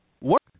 Work